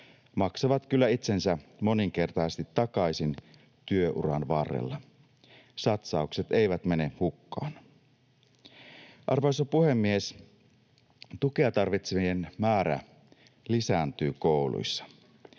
maksavat kyllä itsensä moninkertaisesti takaisin työuran varrella. Satsaukset eivät mene hukkaan. Arvoisa puhemies! Tukea tarvitsevien määrä lisääntyy kouluissa.